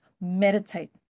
meditate